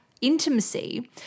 intimacy